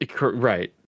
Right